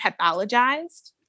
pathologized